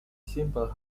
simple